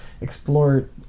explore